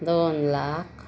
दोन लाख